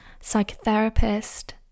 psychotherapist